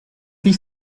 wie